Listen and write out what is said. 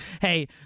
hey